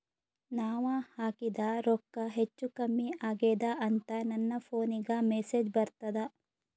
ನಾವ ಹಾಕಿದ ರೊಕ್ಕ ಹೆಚ್ಚು, ಕಮ್ಮಿ ಆಗೆದ ಅಂತ ನನ ಫೋನಿಗ ಮೆಸೇಜ್ ಬರ್ತದ?